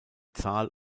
zahl